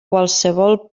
qualssevol